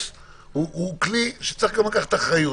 הוא כלי שגם צריך לקחת אחריות,